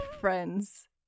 friends